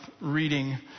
reading